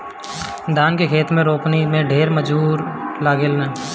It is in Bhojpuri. धान के खेत में रोपनी में ढेर मजूर लागेलन